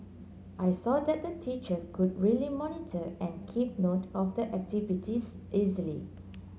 I saw that the teacher could really monitor and keep note of the activities easily